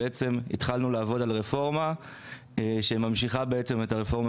התחלנו לעבוד על הרפורמה שממשיכה את הרפורמה